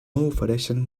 ofereixen